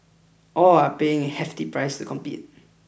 all are paying a hefty price to compete